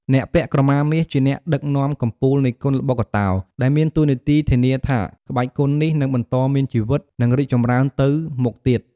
អ្នកពាក់ក្រមាមាសជាអ្នកដឹកនាំកំពូលនៃគុនល្បុក្កតោ ដែលមានតួនាទីធានាថាក្បាច់គុននេះនឹងបន្តមានជីវិត និងរីកចម្រើនទៅមុខទៀត។